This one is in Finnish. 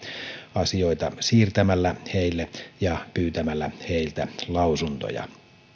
siirtämällä asioita heille ja pyytämällä heiltä lausuntoja